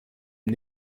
une